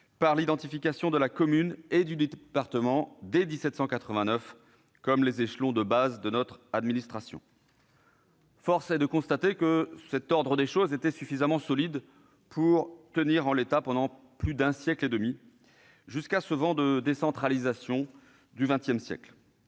par l'identification de la commune et du département, dès 1789, comme les échelons de base de notre administration. Force est de constater que cet ordre des choses était suffisamment solide pour rester en l'état pendant plus d'un siècle et demi, jusqu'à ce vent de décentralisation du XX siècle.